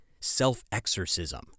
self-exorcism